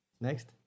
Next